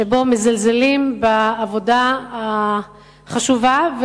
שבו מזלזלים בעבודה החשובה,